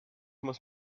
muss